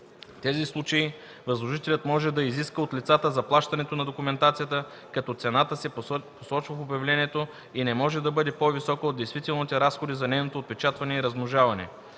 тези случаи възложителят може да изиска от лицата заплащането на документацията, като цената се посочва в обявлението и не може да бъде по-висока от действителните разходи за нейното отпечатване и размножаване.”